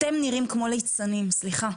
אתם נראים כמו ליצנים, סליחה.